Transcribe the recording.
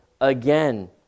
again